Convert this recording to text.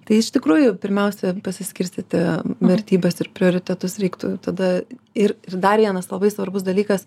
tai iš tikrųjų pirmiausia pasiskirstyti vertybes ir prioritetus reiktų tada ir ir dar vienas labai svarbus dalykas